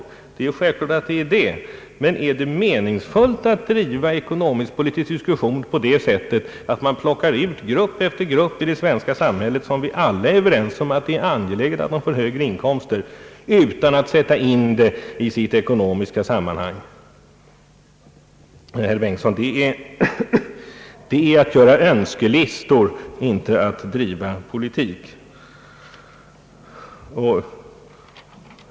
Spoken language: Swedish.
Men är det meningsfullt att driva ekonomisk diskussion på det sättet att man plockar ut grupp efter grupp i det svenska samhället, om vilka vi alla anser att det är angeläget att de får högre inkomster, utan att sätta in frågan i sitt ekonomiska sammanhang? Herr Bengtson, det är att göra Önskelistor, inte att driva politik.